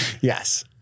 Yes